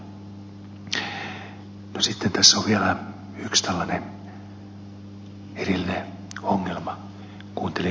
kuuntelin ehkä ed